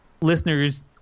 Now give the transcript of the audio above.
listeners